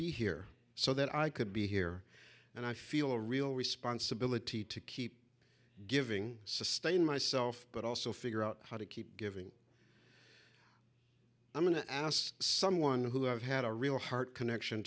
be here so that i could be here and i feel a real responsibility to keep giving sustain myself but also figure out how to keep giving i'm going to ask someone who have had a real heart connection